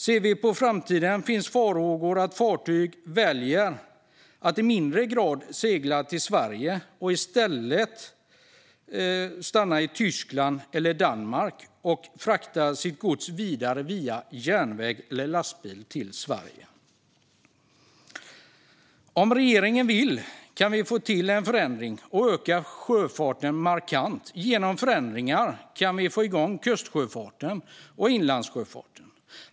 När det gäller framtiden finns farhågor för att fartyg väljer att i lägre grad segla till Sverige för att i stället stanna i Tyskland eller Danmark och frakta godset vidare till Sverige via järnväg eller med lastbil. Om regeringen vill kan vi få till en förändring och öka sjöfarten markant. Genom förändringar kan vi få igång kustsjöfarten och inlandssjöfarten.